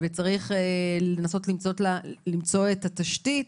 וצריך לנסות למצוא את התשתית.